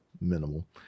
minimal